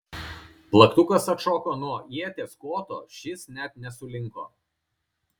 plaktukas atšoko nuo ieties koto šis net nesulinko